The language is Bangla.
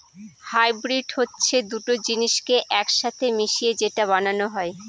হাইব্রিড হচ্ছে দুটো জিনিসকে এক সাথে মিশিয়ে যেটা বানানো হয়